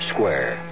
Square